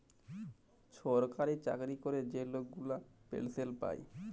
ছরকারি চাকরি ক্যরে যে লক গুলা পেলসল পায়